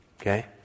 Okay